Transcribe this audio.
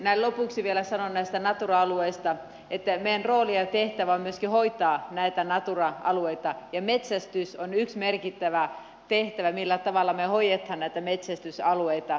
näin lopuksi vielä sanon näistä natura alueista että meidän roolimme ja tehtävämme on myöskin hoitaa näitä natura alueita ja metsästys on yksi merkittävä tehtävä millä tavalla me hoidamme näitä metsästysalueita